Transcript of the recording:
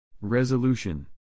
Resolution